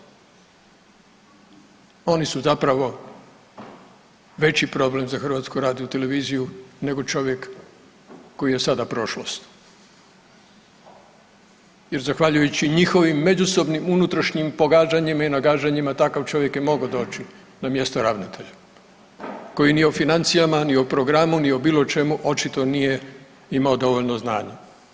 Oni su zapravo veći problem za HRT nego čovjek koji je sada prošlost jer zahvaljujući njihovim međusobnim unutrašnjim pogađanjima i nagađanjima, takav čovjek je mogao doći na mjesto ravnatelja, koji ni o financijama, ni o programu, ni o bilo čemu očito nije imao dovoljno znanja.